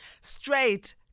Straight